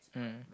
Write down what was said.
mm